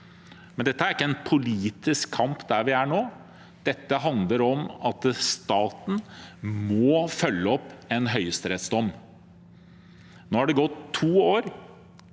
der vi er nå, en politisk kamp. Dette handler om at staten må følge opp en høyesterettsdom. Nå har det gått to år.